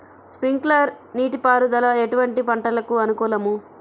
Sprinkler నీటిపారుదల ఎటువంటి పంటలకు అనుకూలము?